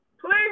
Please